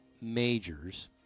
majors